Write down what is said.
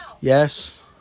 Yes